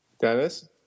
Dennis